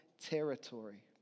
territory